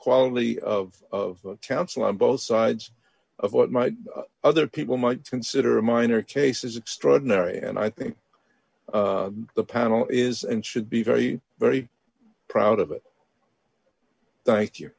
quality of counsel on both sides of what might other people might consider a minor case is extraordinary and i think the panel is and should be very very proud of it thank you